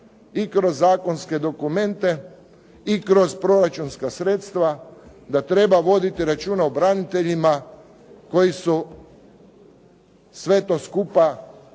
i kroz zakonske dokumente, i kroz proračunska sredstva, da treba voditi računa o braniteljima koji su sve to skupa